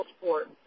sports